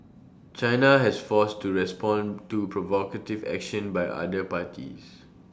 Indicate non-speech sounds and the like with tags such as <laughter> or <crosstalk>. China has forced to respond to provocative action by other parties <noise>